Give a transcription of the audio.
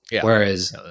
Whereas